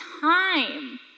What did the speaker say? time